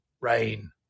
Rain